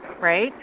right